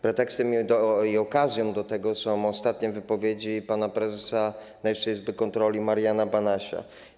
Pretekstem i okazją do tego są ostatnie wypowiedzi pana prezesa Najwyższej Izby Kontroli Mariana Banasia.